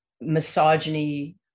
misogyny